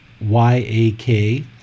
Y-A-K